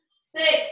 six